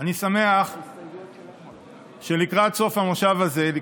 אני שמח שלקראת סוף המושב הזה,